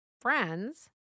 friends